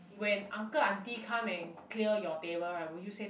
when uncle auntie come and clear your table right will you say